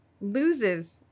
loses